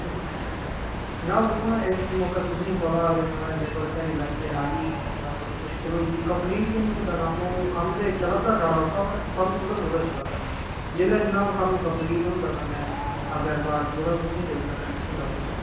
दिक्खो जनाब दिक्खो हां इस मौके तुसें ई पता ऐ कि माराज लेबर ध्याड़ी लाइयै राजी गै निं ऐ ना बड़ी मुश्कल होई जंदी कम्पलीट गै निं होआ दा कम्म ओह् कम्म ते चला दा साढ़ा ओह्का पर कम्म थोह्ड़ा थोह्ड़ा चला दा जे'ल्लै जनाब कम्म कम्पलीट होंदा तां में अग्गें रिकार्ड पूरा तुसें ई देई ओड़ना टैंशन निं लाओ तुस